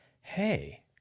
Hey